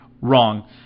Wrong